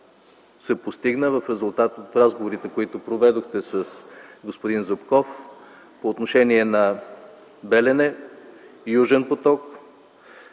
се постигна в резултат на разговорите, които проведохте с господин Зубков по отношение на „Белене”, „Южен поток”